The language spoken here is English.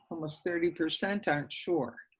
almost thirty percent aren't sure,